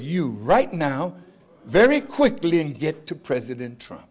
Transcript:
you right now very quickly and get to president tr